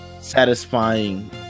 satisfying